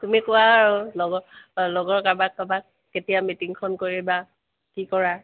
তুমি কোৱা আৰু লগৰ লগৰ কাৰাবাক কাবাক কেতিয়া মিটিংখন কৰিবা কি কৰা